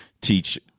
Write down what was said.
teach